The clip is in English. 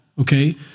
Okay